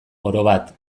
orobat